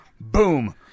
Boom